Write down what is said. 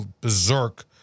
berserk